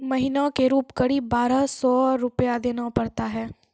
महीना के रूप क़रीब बारह सौ रु देना पड़ता है?